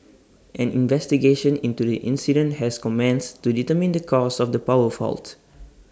an investigation into the incident has commenced to determine the cause of the power fault